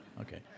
Okay